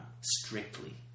Strictly